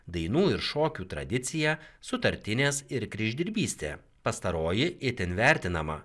dainų ir šokių tradicija sutartinės ir kryždirbystė pastaroji itin vertinama